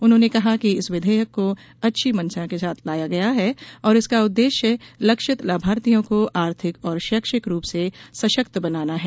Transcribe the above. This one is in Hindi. उन्होंने कहा कि इस विधेयक को अच्छी मंशा के साथ लाया गया है और इसका उद्देश्य लक्षित लाभार्थियों को आर्थिक और शैक्षिक रूप से सशक्त बनाना है